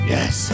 Yes